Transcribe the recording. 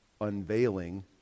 unveiling